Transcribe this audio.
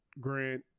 Grant